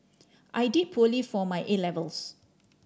I did poorly for my A levels